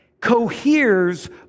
coheres